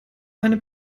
eine